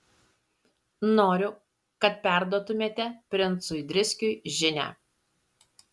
noriu kad perduotumėte princui driskiui žinią